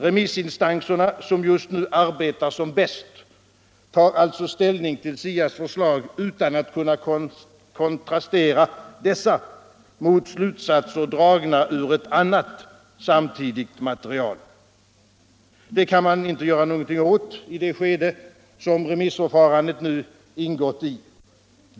Remissinstanserna, som just nu arbetar som bäst, tar alltså ställning till SIA:s förslag utan att kunna kontrastera dessa mot slutsatser dragna ur ett annat samtidigt material. Det kan man inte göra någonting åt i det skede som remissförfarandet nu har ingått i.